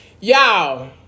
Y'all